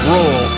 Roll